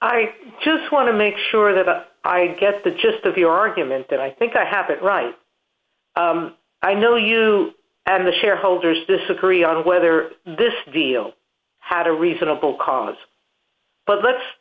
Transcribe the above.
i just want to make sure that i get the gist of the argument that i think i have it right i know you and the shareholders disagree on whether this deal had a reasonable cause but let's